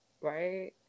right